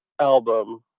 album